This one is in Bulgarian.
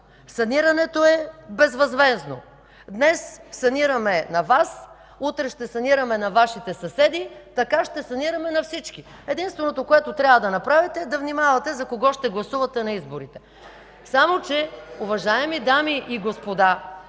Санирането е безвъзмездно. Днес санираме на Вас, утре ще санираме на Вашите съседи. Така ще санираме на всички. Единственото, което трябва да направите, е да внимавате за кого ще гласувате на изборите”. (Шум и неодобрителни реплики